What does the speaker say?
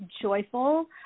joyful